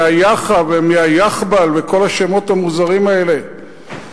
מהיאח"א ומהיאחב"ל וכל השמות המוזרים האלה.